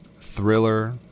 Thriller